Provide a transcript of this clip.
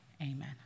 Amen